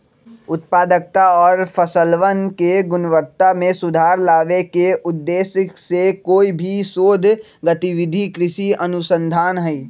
उत्पादकता और फसलवन के गुणवत्ता में सुधार लावे के उद्देश्य से कोई भी शोध गतिविधि कृषि अनुसंधान हई